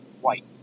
white